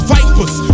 Vipers